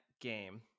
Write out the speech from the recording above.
game